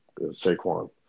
Saquon